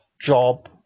job